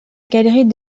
galerie